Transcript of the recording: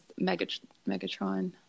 Megatron